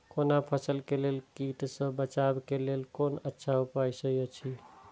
कोनो फसल के लेल कीट सँ बचाव के लेल कोन अच्छा उपाय सहि अछि?